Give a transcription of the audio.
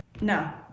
No